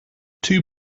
two